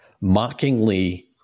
mockingly